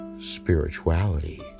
spirituality